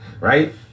right